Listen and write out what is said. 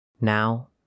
Now